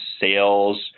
sales